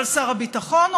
אבל שר הביטחון אומר: